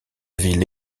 ville